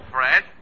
Fred